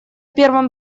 первом